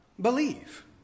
believe